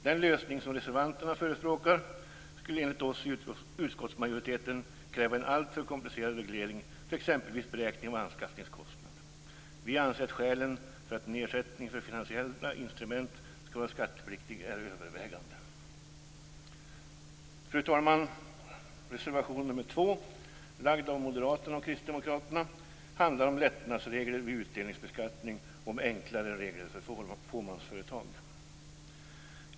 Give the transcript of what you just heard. Den lösning som reservanterna förespråkar skulle enligt oss i utskottsmajoriteten kräva en alltför komplicerad reglering för exempelvis beräkning av anskaffningskostnad. Vi anser att skälen för att en ersättning för finansiella instrument skall vara skattepliktig är övervägande. Fru talman! Reservation 2, av moderaterna och kristdemokraterna, handlar om lättnadsregler vid utdelningsbeskattning och om enklare regler för fåmansföretag.